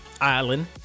island